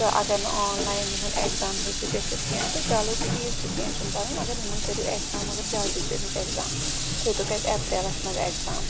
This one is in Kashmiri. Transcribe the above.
تہٕ اگر نہٕ آنلاین یِہُنٛد اٮ۪کزام ہیٚکہِ گٔژھِتھ کیںٛہہ تہٕ چلو ٹھیٖک چھُ کینٛہہ چھُنہٕ پَرواے مگر یِمَن کٔرِو اٮ۪کزام مگر جلدی کٔرۍہُکھ اٮ۪کزام ہیوٚتُکھ اَسہِ اٮ۪پریلَس منٛز اٮ۪کزام